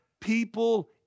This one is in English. people